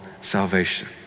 salvation